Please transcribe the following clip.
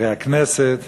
חברי הכנסת,